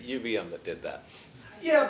you be on that did that yeah